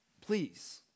Please